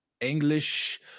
english